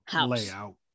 layout